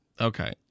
Okay